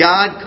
God